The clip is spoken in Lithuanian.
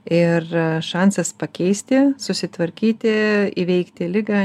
ir šansas pakeisti susitvarkyti įveikti ligą